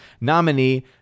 nominee